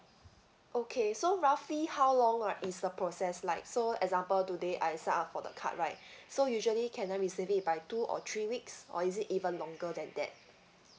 okay so roughly how long right is the process like so example today I sign up for the card right so usually can I receive it by two or three weeks or is it even longer than that